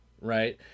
right